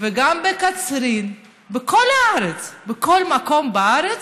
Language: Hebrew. וגם בקצרין, בכל הארץ, בכל מקום בארץ,